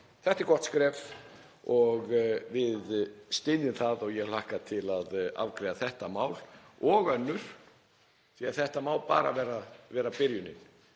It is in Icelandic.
Þetta er gott skref og við styðjum það og ég hlakka til að afgreiða þetta mál og önnur því að þetta má bara vera byrjunin.